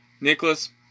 Nicholas